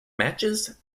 matches